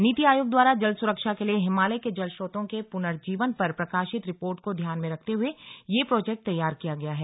नीति आयोग द्वारा जलसुरक्षा के लिए हिमालय के जलस्त्रोतों के पुनर्जीवन पर प्रकाशित रिपोर्ट को ध्यान में रखते हुए यह प्रोजेक्ट तैयार किया जा गया है